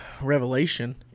Revelation